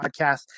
Podcast